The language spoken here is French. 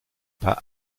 pas